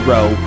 Row